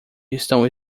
estão